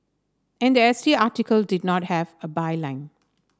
and the S T article did not have a byline